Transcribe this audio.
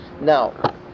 Now